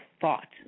thought